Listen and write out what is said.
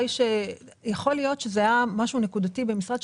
יכול להיות שזה היה משהו נקודתי במשרד,